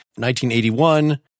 1981